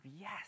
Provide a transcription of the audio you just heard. yes